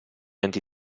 anti